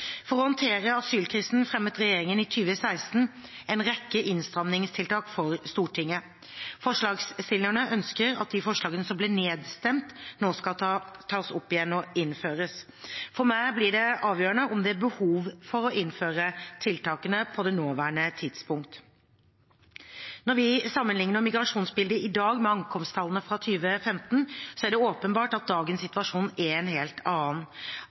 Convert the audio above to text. For å håndtere asylkrisen fremmet regjeringen i 2016 en rekke innstramningstiltak for Stortinget. Forslagsstillerne ønsker at de forslagene som ble nedstemt, nå skal tas opp igjen og innføres. For meg blir det avgjørende om det er behov for å innføre tiltakene på det nåværende tidspunkt. Når vi sammenligner migrasjonsbildet i dag med ankomsttallene fra 2015, er det åpenbart at dagens situasjon er en helt annen.